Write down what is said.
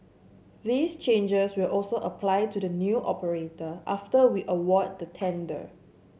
these changes will also apply to the new operator after we award the tender